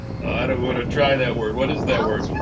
i don't want to try that word, what is that word?